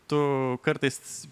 tu kartais